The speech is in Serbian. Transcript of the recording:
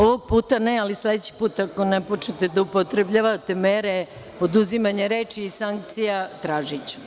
Ovog puta ne, ali sledeći put ako ne počnete da upotrebljavate mere oduzimanja reči i sankcija, tražiću.